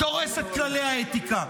דורס את כללי האתיקה.